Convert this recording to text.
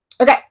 Okay